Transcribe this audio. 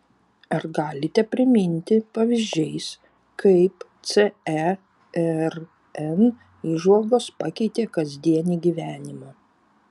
ar galite priminti pavyzdžiais kaip cern įžvalgos pakeitė kasdienį gyvenimą